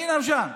היינו שם,